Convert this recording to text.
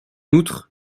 outre